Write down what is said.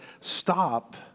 stop